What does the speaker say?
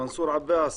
מנסור עבאס,